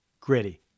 Gritty